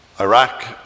Iraq